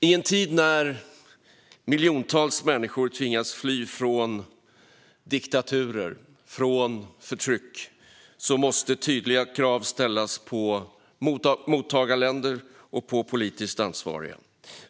I en tid när miljontals människor tvingas fly från diktaturer och förtryck måste tydliga krav ställas på mottagarländer och politiskt ansvariga.